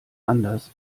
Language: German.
anders